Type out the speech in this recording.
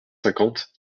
cinquante